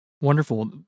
Wonderful